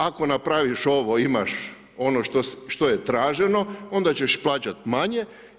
Ako napraviš ovo, imaš ono što je traženo, onda ćeš plaćati manje.